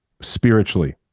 spiritually